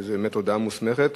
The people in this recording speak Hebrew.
שזו באמת הודעה מוסמכת,